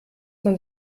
man